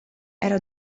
era